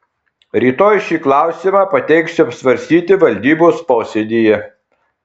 rytoj šį klausimą pateiksiu apsvarstyti valdybos posėdyje